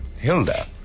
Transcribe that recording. Hilda